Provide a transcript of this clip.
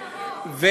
אז